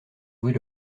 jouer